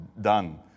done